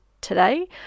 today